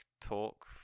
talk